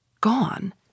Gone